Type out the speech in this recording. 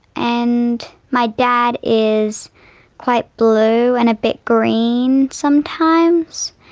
and my dad is quite blue and a bit green sometimes.